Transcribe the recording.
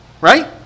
Right